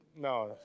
no